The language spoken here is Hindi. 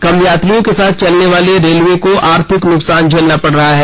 कम यात्रियों के साथ चलने से रेलवे को आर्थिक नुकसान झेलना पड़ रहा है